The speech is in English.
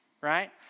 right